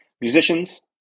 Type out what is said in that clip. musicians